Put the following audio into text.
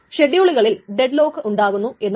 T അല്ലെങ്കിൽ T1 ലെ ഒന്ന് റോൾ ബാക്ക് ചെയ്യപ്പെടും